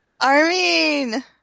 Armin